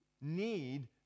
need